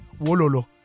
Wololo